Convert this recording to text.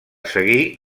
seguí